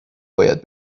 باید